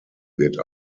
wird